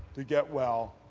to get well,